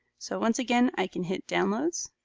so once again, i can hit downloads